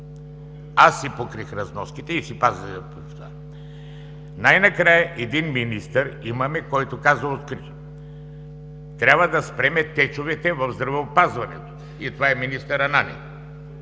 Аз си покрих разноските и си пазя… Най-накрая имаме един министър, който казва открито: „Трябва да спрем течовете в здравеопазването“, и това е министър Ананиев.